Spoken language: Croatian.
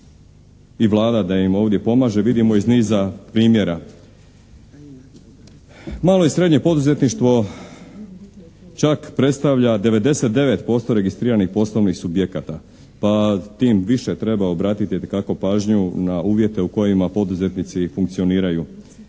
i Vlada da im ovdje pomaže vidimo iz niza primjera. Malo i srednje poduzetništvo čak predstavlja 99% registriranih poslovnih subjekata pa tim više treba obratiti dakako pažnju na uvjete u kojima poduzetnici funkcioniraju.